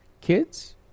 kids